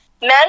Men